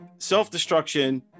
self-destruction